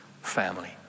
family